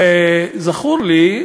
וזכורים לי,